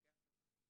זה לוקח את הזמן.